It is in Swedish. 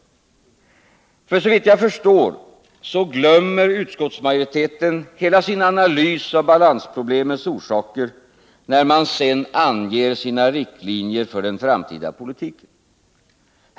Såvitt jag förstår glömmer utskottsmajoriteten hela sin analys av balansproblemens orsaker, när man sedan anger sina riktlinjer för den framtida politiken.